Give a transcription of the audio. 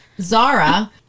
Zara